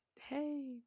hey